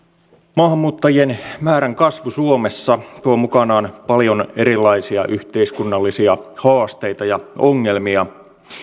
maahanmuuttajien määrän kasvu suomessa tuo mukanaan paljon erilaisia yhteiskunnallisia haasteita ja ongelmia